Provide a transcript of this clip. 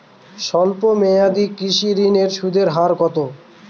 স্বল্প মেয়াদী কৃষি ঋণের সুদের হার কত?